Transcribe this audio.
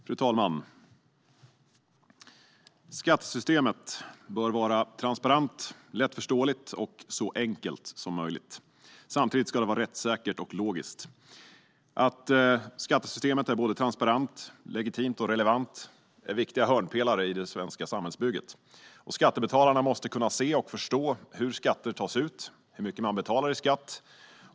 Fru talman! Skattesystemet bör vara transparent, lättförståeligt och så enkelt som möjligt. Samtidigt ska det vara rättssäkert och logiskt. Att skattesystemet är såväl transparent som legitimt och relevant är viktiga hörnpelare i det svenska samhällsbygget. Skattebetalarna måste kunna se och förstå hur skatter tas ut och hur mycket man betalar i skatt.